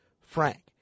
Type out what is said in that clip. frank